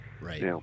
Right